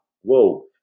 Whoa